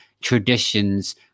traditions